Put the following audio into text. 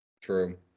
True